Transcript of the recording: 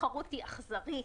תחרות היא אכזרית,